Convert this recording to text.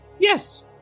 Yes